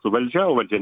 su valdžia o valdžia